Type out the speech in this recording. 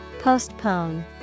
Postpone